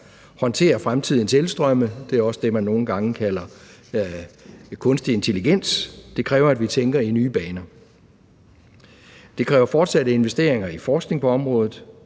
håndtere fremtidens elstrømme. Det er også det, man nogle gange kalder kunstig intelligens. Det kræver, at vi tænker i nye baner. Det kræver fortsat investeringer i forskning på området.